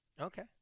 okay